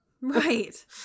Right